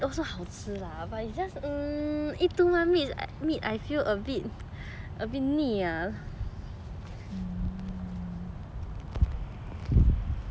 mm